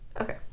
Okay